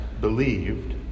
believed